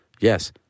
Yes